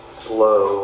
slow